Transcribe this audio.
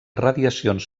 radiacions